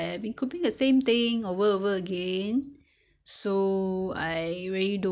煮一点汤我不要放这样多水我我放少一点水 I I put less water so you know